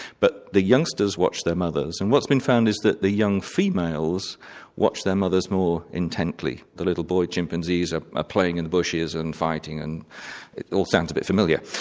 but the youngsters watch their mothers and what's been found is that the young females watch their mothers more intently. the little boy chimpanzees are playing in the bushes and fighting and it all sounds a bit familiar.